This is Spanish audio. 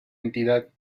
entidad